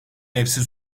evsiz